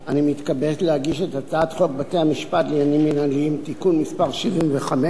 אני מתכבד להגיש את הצעת חוק בתי-משפט לעניינים מינהליים (תיקון מס' 75)